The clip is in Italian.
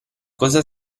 cosa